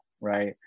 right